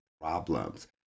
problems